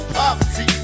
poverty